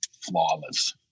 flawless